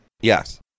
Yes